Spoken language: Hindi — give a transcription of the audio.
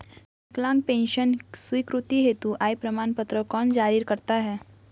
विकलांग पेंशन स्वीकृति हेतु आय प्रमाण पत्र कौन जारी करता है?